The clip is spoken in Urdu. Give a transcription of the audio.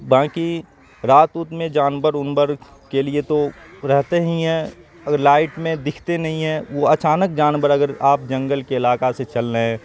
باقی رات ووت میں جانور وونور کے لیے تو رہتے ہی ہیں اگر لائٹ میں دکھتے نہیں ہیں وہ اچانک جانور اگر آپ جنگل کے علاقہ سے چل رہے ہیں